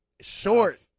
Short